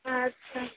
আচ্ছা